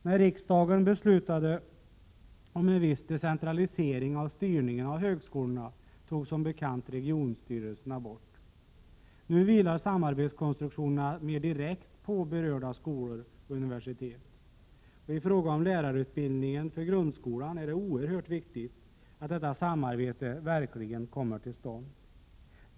När riksdagen beslutade om en viss decentralisering av styrningen av högskolorna, togs som bekant regionstyrelserna bort. Nu vilar samarbetskonstruktionerna mer direkt på berörda skolor och universitet. I fråga om lärarutbildningen för grundskolan är det oerhört viktigt att detta samarbete verkligen kommer till stånd.